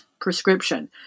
prescription